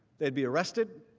they would be arrested